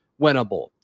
winnable